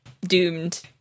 doomed